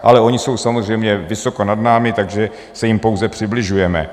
Ale oni jsou samozřejmě vysoko nad námi, takže se jim pouze přibližujeme.